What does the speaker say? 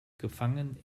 gefangen